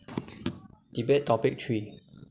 debate topic three